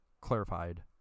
clarified